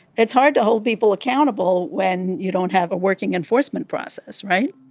it's hard to hold people accountable when you don't have a working enforcement process right